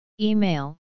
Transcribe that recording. Email